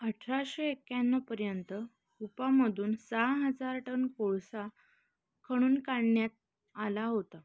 अठराशे एक्याण्णवपर्यंत कूपामधून सहा हजार टन कोळसा खणून काढण्यात आला होता